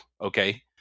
okay